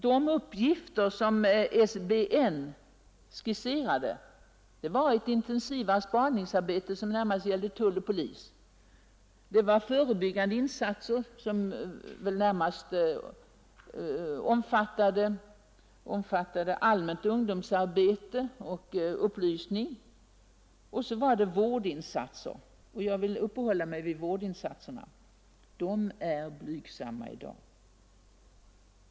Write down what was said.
De uppgifter som SBN skisserade var ett intensivare spaningsarbete som närmast gällde tull och polis, det var förebyggande insatser som främst omfattade allmänt ungdomsarbete och upplysning och så var det vårdinsatser. Jag vill uppehålla mig vid vårdinsatserna — de är blygsamma i dag.